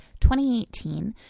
2018